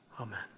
Amen